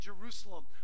Jerusalem